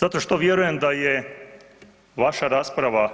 Zato što vjerujem da je vaša rasprava